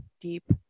Deep